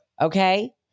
Okay